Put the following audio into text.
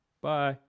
Bye